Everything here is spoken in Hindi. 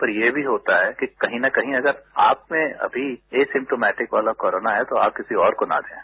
पर ये भी होता है कि कहीं न कहीं अगर आप में अमी ए सिम्टोवैटिक वाला कोरोना है तो आप किसी और को न दें